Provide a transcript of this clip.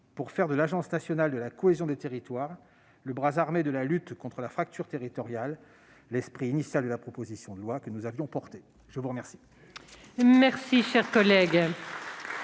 de faire de l'Agence nationale de la cohésion des territoires le bras armé de la lutte contre la fracture territoriale ; tel était l'esprit initial de la proposition de loi que nous avions portée. Nous en avons terminé avec le